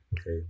okay